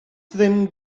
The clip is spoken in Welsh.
ddim